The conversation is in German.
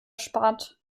spart